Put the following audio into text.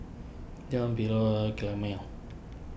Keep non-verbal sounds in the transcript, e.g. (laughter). Deon Philo (unintelligible)